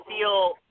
feel